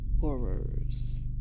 horrors